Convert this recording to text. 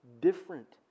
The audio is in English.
different